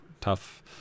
tough